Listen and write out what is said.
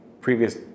previous